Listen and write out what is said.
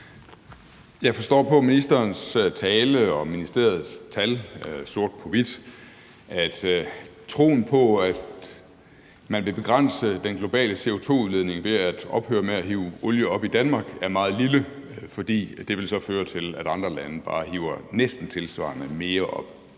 Jeg forstår på ministerens tale og ministeriets tal, sort på hvidt, at troen på, at man vil begrænse den globale CO2-udledning ved at ophøre med at hive olie op i Danmark, er meget lille, fordi det så vil føre til, at andre lande bare hiver næsten tilsvarende mere op.